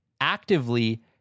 actively